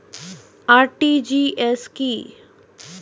RTGS কি?